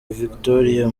victoria